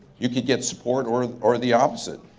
you could get support or or the opposite,